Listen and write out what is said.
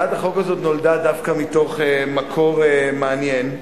הצעת החוק הזו נולדה דווקא מתוך מקום מעניין,